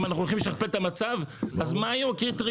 אם אנחנו הולכים לשכפל את המצב אז מה היו הקריטריונים?